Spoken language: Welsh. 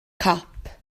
cop